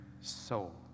soul